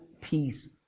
peace